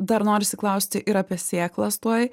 dar norisi klausti ir apie sėklas tuoj